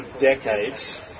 decades